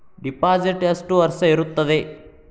Deposit ಎಷ್ಟು ವರ್ಷ ಇರುತ್ತದೆ?